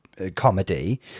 comedy